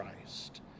Christ